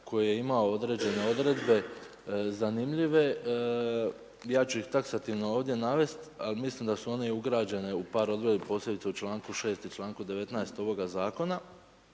koji je imao određene odredbe zanimljive, ja ću ih taksativno ovdje navest, ali mislim da su one ugrađene i u par .../Govornik se ne razumije./... posebice u članku 6. i članku 19. ovoga zakona